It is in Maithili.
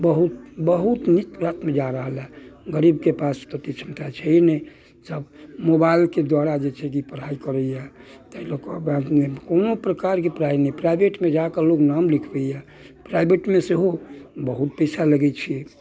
बहुत बहुत निम्न स्तरमे जा रहल अइ गरीबके पास तऽ ओतेक छमता छै नहि सभ मोबाइलके द्वारा जे छै कि पढ़ाइ करैया ताहि लऽ कऽ कोनो प्रकारके पढ़ाइ नहि प्राइवेटमे जाकऽ लोक नाम लिखबैया प्राइवेटमे सेहो बहुत पैसा लगैत छै